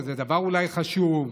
שזה אולי דבר חשוב,